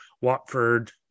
Watford